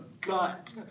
gut